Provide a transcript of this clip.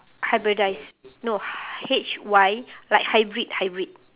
hybridise no H Y like hybrid hybrid